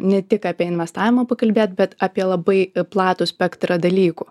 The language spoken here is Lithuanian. ne tik apie investavimą pakalbėt bet apie labai platų spektrą dalykų